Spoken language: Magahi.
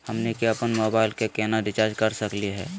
हमनी के अपन मोबाइल के केना रिचार्ज कर सकली हे?